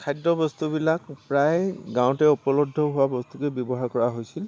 খাদ্য বস্তুবিলাক প্ৰায় গাঁৱতে উপলব্ধ হোৱা বস্তুকে ব্যৱহাৰ কৰা হৈছিল